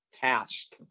past